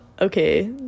okay